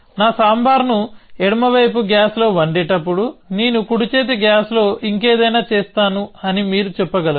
నా ఎడమ వైపు గ్యాస్లో సాంబార్ను వండేటప్పుడునేను కుడి చేతి గ్యాస్లో ఇంకేదైనా చేస్తాను అని మీరు చెప్పగలరు